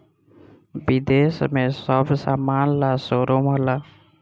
विदेश में सब समान ला शोरूम होला